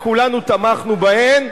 וכולנו תמכנו בהן,